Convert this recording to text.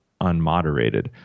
unmoderated